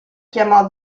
chiamò